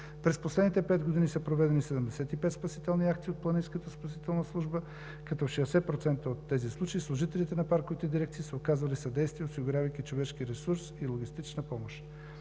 През последните пет години са проведени 75 спасителни акции от Планинската спасителна служба, като в 60% от тези случаи служителите на парковите дирекции са оказвали съдействие, осигурявайки човешки ресурс и логистична помощ.